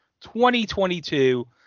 2022